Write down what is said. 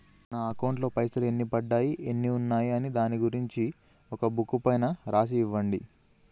నా అకౌంట్ లో పైసలు ఎన్ని పడ్డాయి ఎన్ని ఉన్నాయో దాని గురించి ఒక బుక్కు పైన రాసి ఇవ్వండి?